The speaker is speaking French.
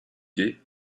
gué